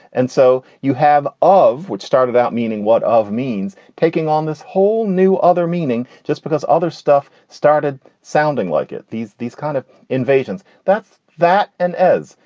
and so you have of which started out meaning what of means taking on this whole new other meaning just because other stuff started sounding like it. these these kind of invasions. that's that. and as.